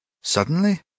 Suddenly